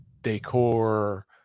decor